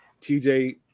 TJ